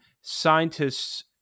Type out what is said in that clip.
scientists